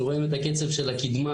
אנחנו רואים את הקצב של הקדמה,